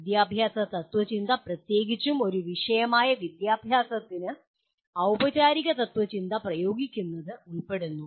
വിദ്യാഭ്യാസ തത്ത്വചിന്ത പ്രത്യേകിച്ചും ഒരു വിഷയമായ വിദ്യാഭ്യാസത്തിന് ഔപചാരിക തത്ത്വചിന്ത പ്രയോഗിക്കുന്നത് ഉൾപ്പെടുന്നു